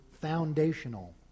foundational